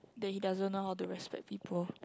that he doesn't know how to respect people